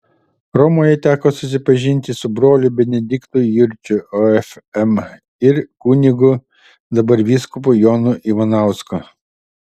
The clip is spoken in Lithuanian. romoje teko susipažinti su broliu benediktu jurčiu ofm ir kunigu dabar vyskupu jonu ivanausku